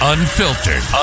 Unfiltered